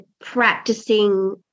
practicing